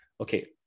okay